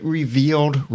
revealed